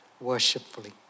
worshipfully